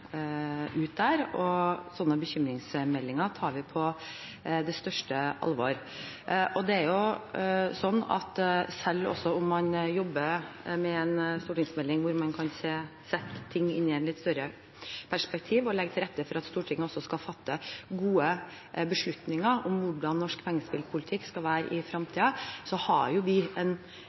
der ute, og sånne bekymringsmeldinger tar vi på det største alvor. Selv om man jobber med en stortingsmelding, hvor man kan sette ting i et større perspektiv og legge til rette for at Stortinget også skal fatte gode beslutninger om hvordan norsk pengespillpolitikk skal være i fremtiden, har vi en løpende dialog med aktører, med tilsynet, og følger situasjonen veldig nøye. Så jeg vil berolige representanten med at dette er noe som vi